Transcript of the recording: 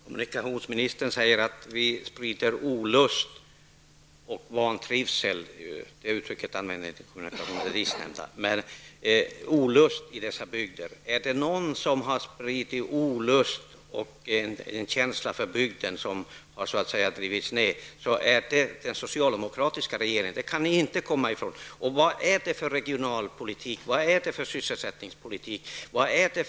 Herr talman! Kommunikationsministern säger att vi sprider olust i dessa bygder. Är det någon som har spridit olust och orsakat att den positiva känslan för bygden har minskat är det den socialdemokratiska regeringen. Det kan ni inte komma ifrån. Vad är det för regionalpolitik och sysselsättningspolitik regeringen bedriver?